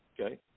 okay